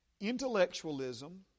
intellectualism